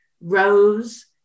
Rose